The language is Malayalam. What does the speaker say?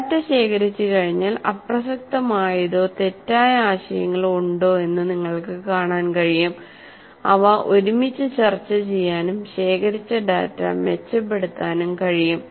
ഡാറ്റ ശേഖരിച്ചുകഴിഞ്ഞാൽ അപ്രസക്തമായതോ തെറ്റായ ആശയങ്ങളോ ഉണ്ടോ എന്ന് നിങ്ങൾക്ക് കാണാൻ കഴിയും അവ ഒരുമിച്ച് ചർച്ചചെയ്യാനും ശേഖരിച്ച ഡാറ്റ മെച്ചപ്പെടുത്താനും കഴിയും